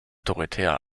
dorothea